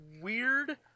weird